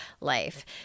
life